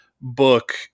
book